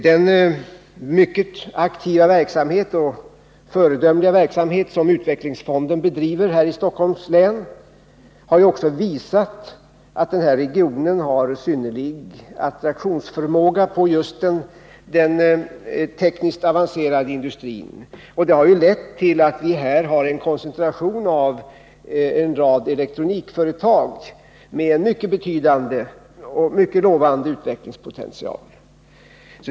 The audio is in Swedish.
Den mycket aktiva och föredömliga verksamhet som den regionala utvecklingsfonden bedriver här i Stockholms län har också visat att denna region har synnerlig förmåga att attrahera just den tekniskt avancerade industrin, och det har lett till att vi här har en koncentration av en rad elektronikföretag med mycket betydande och lovande utvecklingspotential.